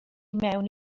mewn